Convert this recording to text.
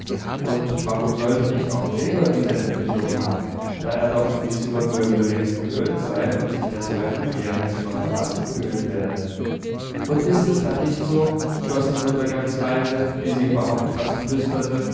und warum solle nicht auch gregor diese empfindung haben da er doch an die zimmermöbel längst gewöhnt sei und sich deshalb im leeren zimmer verlassen fühlen werde und ist es dann nicht so schloß die mutter ganz leise wie sie überhaupt fast flüsterte